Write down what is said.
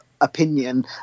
opinion